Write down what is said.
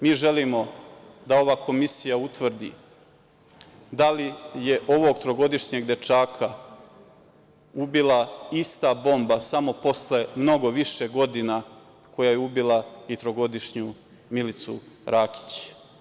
Mi želimo da ova komisija utvrdi da li je ovog trogodišnjeg dečaka ubila ista bomba samo posle mnogo više godina koja je ubila i trogodišnju Milicu Rakić.